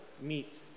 meet